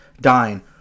dying